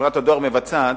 שחברת הדואר מבצעת,